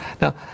Now